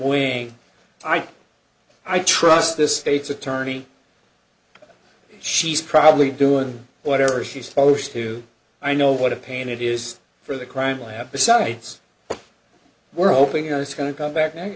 think i trust this state's attorney she's probably doing whatever she's supposed to i know what a pain it is for the crime lab besides we're hoping it's going to come back